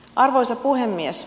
arvoisa puhemies